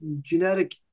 genetic